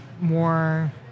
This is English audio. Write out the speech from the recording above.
more